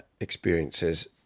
experiences